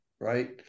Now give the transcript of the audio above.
right